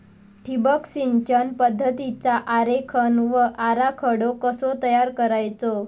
ठिबक सिंचन पद्धतीचा आरेखन व आराखडो कसो तयार करायचो?